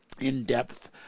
in-depth